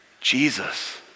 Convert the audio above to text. Jesus